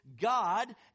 God